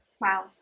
Wow